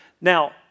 Now